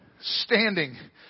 standing